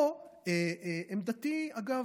פה עמדתי, אגב,